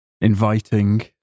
inviting